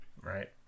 Right